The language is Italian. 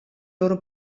loro